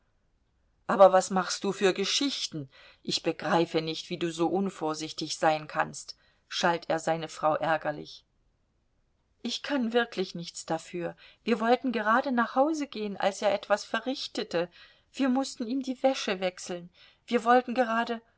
aber was machst du für geschichten ich begreife nicht wie du so unvorsichtig sein kannst schalt er seine frau ärgerlich ich kann wirklich nichts dafür wir wollten gerade nach hause gehen als er etwas verrichtete wir mußten ihm die wäsche wechseln wir wollten gerade